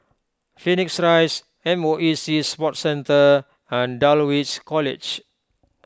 Phoenix Rise M O E Sea Sports Centre and Dulwich College